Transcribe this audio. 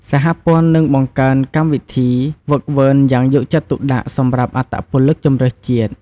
សហព័ន្ធនឹងបង្កើនកម្មវិធីហ្វឹកហ្វឺនយ៉ាងយកចិត្តទុកដាក់សម្រាប់អត្តពលិកជម្រើសជាតិ។